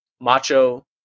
Macho